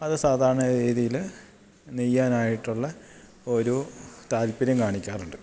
അത് സാധാരണ രീതിയിൽ നെയ്യാനായിട്ടുള്ള ഒരു താല്പര്യം കാണിക്കാറുണ്ട്